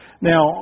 Now